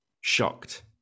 shocked